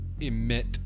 Emit